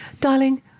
Darling